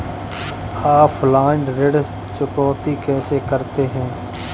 Offline ऋण चुकौती कैसे करते हैं?